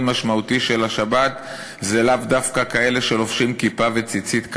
משמעותי של השבת זה לאו דווקא כאלה שלובשים כיפה וציצית,